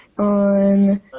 On